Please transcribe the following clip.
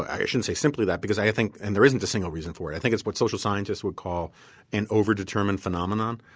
i shouldn't say simply that because i think and there isn't a single reason for it. i think it's what social scientists would call an over-determined phenomenon.